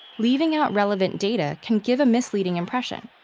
leaving out relevant data can give a misleading impression.